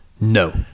No